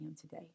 today